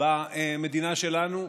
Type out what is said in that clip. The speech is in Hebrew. במדינה שלנו,